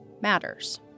matters